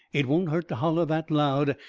it won't hurt to holler that loud,